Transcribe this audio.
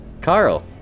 Carl